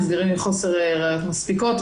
נסגרים מחוסר ראיות מספיקות.